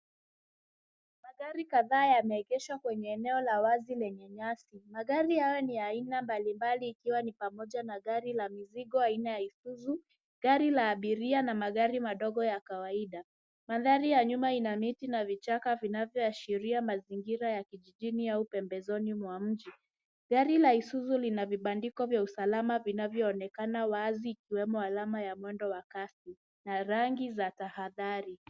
Magari kadhaa yameegeshwa kwenye eneo la wazi lenye nyasi. Magari hayo ni ya aina mbalimbali ikiwa ni pamoja na gari la mizigo aina ya Isuzu. Gari la abiria na magari madogo ya kawaida. Mandhari ya nyuma ina miti na vichaka vinavyoashiria mazingira ya kijijini au pembezoni mwa mji. Gari la Isuzu lina vibandiko vya usalama vinavyoonekana wazi ikiwemo alama ya mwendo wa kasi na rangi za tahadhari.